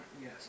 Yes